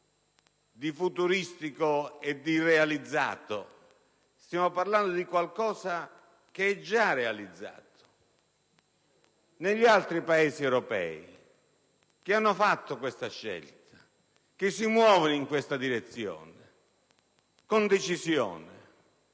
di futuristico e di irrealizzato, stiamo parlando di qualcosa che è già realizzato. Gli altri Paesi europei hanno fatto questa scelta e si muovono in questa direzione con decisione.